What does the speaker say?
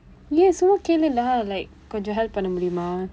yes சும்மா கேளு:summaa keelu lah like கொஞ்சம்:konjsam help பண்ண முடியுமா:panna mudiyumaa